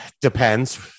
depends